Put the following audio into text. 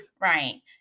right